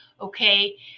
okay